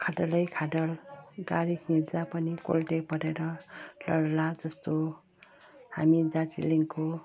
खाडलै खाडल गाडी हिँड्दा पनि कोल्टे परेर लढ्ला जस्तो हामी दार्जिलिङको